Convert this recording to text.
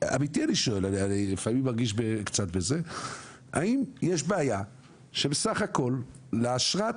אמיתי אני שואל, האם יש בעיה שבסך הכל לאשרת